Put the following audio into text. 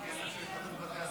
אני לא מהמוותרים.